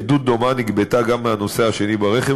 עדות דומה נגבתה גם מהנוסע השני ברכב,